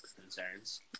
concerns